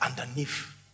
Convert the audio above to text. underneath